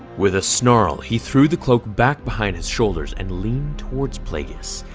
with a snarl he threw the cloak back behind his shoulders and leaned towards plagueis.